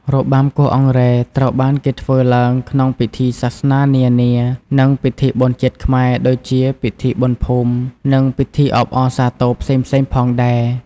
របាំគោះអង្រែ ត្រូវបានគេធ្វើឡើងក្នុងពិធីសាសនានា និង ពិធីបុណ្យជាតិខ្មែរ ដូចជា ពិធីបុណ្យភូមិ និងពិធីអបអរសាទរផ្សេងៗផងដែរ។